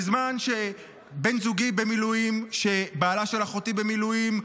בזמן שבן זוגי במילואים, שבעלה של אחותי במילואים,